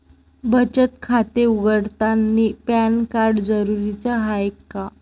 बचत खाते उघडतानी पॅन कार्ड जरुरीच हाय का?